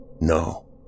No